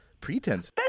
pretense